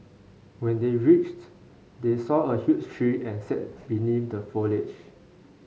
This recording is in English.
when they reached they saw a huge tree and sat beneath the foliage